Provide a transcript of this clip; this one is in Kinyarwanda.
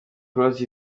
close